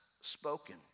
spoken